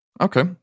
Okay